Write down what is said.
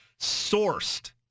sourced